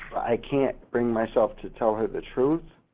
i can't bring myself to tell her the truth